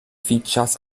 features